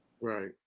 right